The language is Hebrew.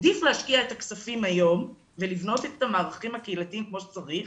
עדיף להשקיע את הכספים היום ולבנות את המערכים הקהילתיים כמו שצריך,